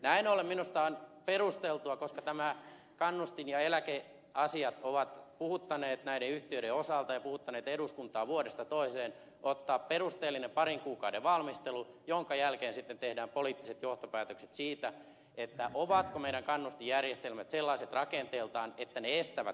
näin ollen minusta on perusteltua koska nämä kannustin ja eläkeasiat ovat puhuttaneet näiden yhtiöiden osalta ja puhuttaneet eduskuntaa vuodesta toiseen ottaa perusteellinen parin kuukauden valmistelu jonka jälkeen sitten tehdään poliittiset johtopäätökset siitä ovatko meidän kannustinjärjestelmät sellaiset rakenteeltaan että ne estävät kohtuuttomuudet